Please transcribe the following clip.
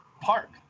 park